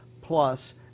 plus